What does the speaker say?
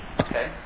okay